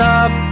up